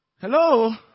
hello